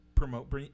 promote